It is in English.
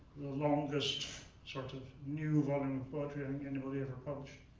the longest sort of new volume of poetry i think anybody ever published.